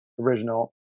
original